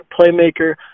playmaker